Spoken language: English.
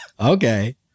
okay